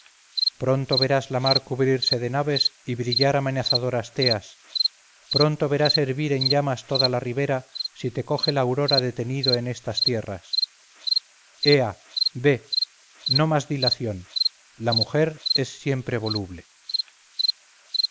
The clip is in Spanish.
pronto verás la mar cubrirse de naves y brillar amenazadoras teas pronto verás hervir en llamas toda la ribera si te coge la aurora detenido en estas tierras ea ve no más dilación la mujer es siempre voluble